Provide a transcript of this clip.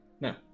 No